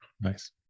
Nice